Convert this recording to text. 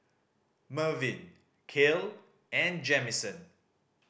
Mervin Kael and Jamison